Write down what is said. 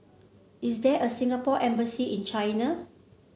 is there a Singapore Embassy in China